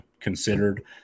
considered